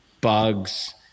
bugs